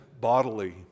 bodily